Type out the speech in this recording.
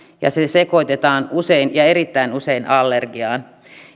ja se sekoitetaan usein erittäin usein allergiaan